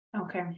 Okay